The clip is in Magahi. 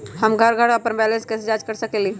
हम घर पर अपन बैलेंस कैसे जाँच कर सकेली?